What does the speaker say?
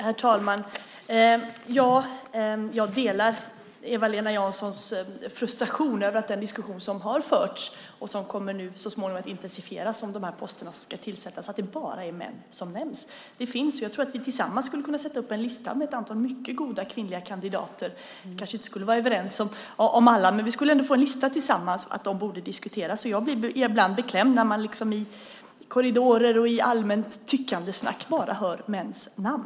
Herr talman! Jag delar Eva-Lena Janssons frustration över att det i den diskussion som har förts och som så småningom kommer att intensifieras om de poster som ska tillsättas är bara män som nämns. Jag tror att vi tillsammans skulle kunna sätta upp en lista med ett antal mycket goda kvinnliga kandidater. Vi kanske inte skulle vara överens om alla, men vi skulle ändå få en lista med kandidater som borde diskuteras. Jag blir ibland beklämd när jag i korridorer och i allmänt tyckandesnack hör bara mäns namn.